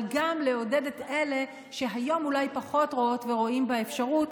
אבל גם לעודד את אלה שהיום אולי פחות רואות ורואים בה אפשרות.